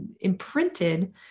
imprinted